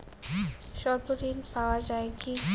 স্বল্প ঋণ পাওয়া য়ায় কি?